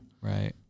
right